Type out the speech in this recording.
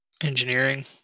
Engineering